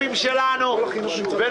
מי